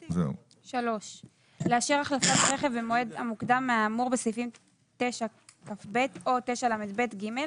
לאשר החלפת רכב במועד המוקדם מהאמור בסעיפים 9כ(ב) או 9לב(ג),